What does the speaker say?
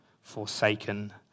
forsaken